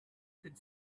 could